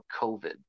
COVID